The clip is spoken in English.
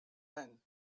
men